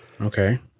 Okay